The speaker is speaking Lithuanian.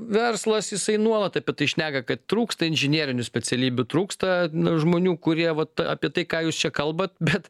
verslas jisai nuolat apie tai šneka kad trūksta inžinerinių specialybių trūksta žmonių kurie vat apie tai ką jūs čia kalbat bet